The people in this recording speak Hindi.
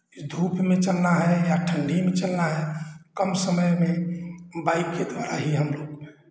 धूप में चलना है या ठंडी में चलना है कम समय में बाइक के द्वारा ही हम लोग